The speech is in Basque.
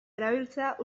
erabiltzea